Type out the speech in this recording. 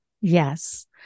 Yes